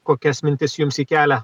kokias mintis jums ji kelia